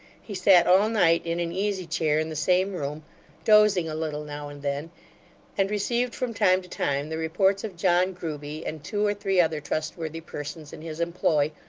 he sat all night in an easy-chair in the same room dozing a little now and then and received from time to time the reports of john grueby and two or three other trustworthy persons in his employ,